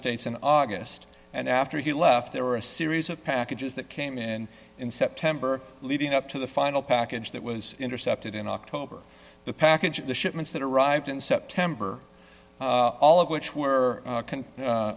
states in august and after he left there were a series of packages that came in in september leading up to the final package that was intercepted in october the package the shipments that arrived in september all of which were